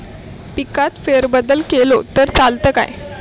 पिकात फेरबदल केलो तर चालत काय?